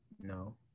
No